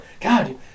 God